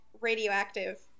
radioactive